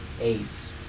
Ace